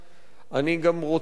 אני גם רוצה להודות